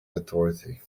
authority